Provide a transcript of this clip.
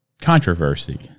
Controversy